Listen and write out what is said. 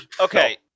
okay